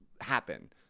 happen